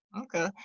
Okay